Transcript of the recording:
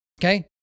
okay